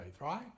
right